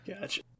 Gotcha